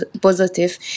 positive